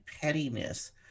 pettiness